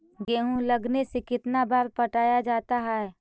गेहूं लगने से कितना बार पटाया जाता है?